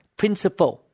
principle